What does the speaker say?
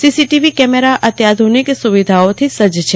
CCTV camera અત્યાધુનીક સુવિધાઓથી સજ્જ છે